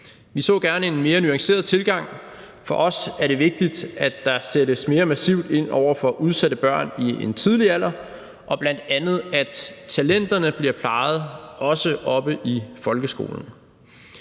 Vi så gerne en mere nuanceret tilgang. For os er det vigtigt, at der sættes mere massivt ind over for udsatte børn i en tidlig alder, og at bl.a. talenterne bliver plejet, også i folkeskolen.